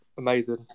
Amazing